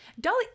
Dolly